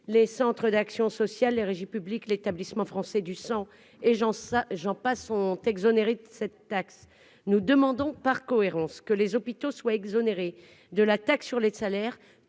les centres d'action sociale, les régies publiques l'Établissement français du sang et Jean ça, j'en passe sont exonérés de cette taxe, nous demandons par cohérence que les hôpitaux soient exonérés de la taxe sur les salaires,